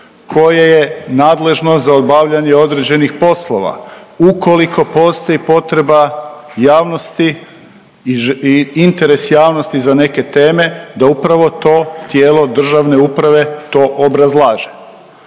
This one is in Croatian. koje je nadležno za obavljanje određenih poslova ukoliko postoji potreba javnosti i interes javnosti za neke teme, da upravo to tijelo državne uprave to obrazlaže.